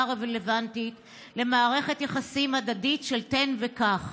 הרלוונטית למערכת יחסים הדדית של 'תן וקח',